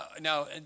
Now